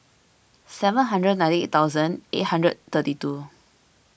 seven hundred ninety eight thousand eight hundred thirty two